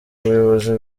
ubuyobozi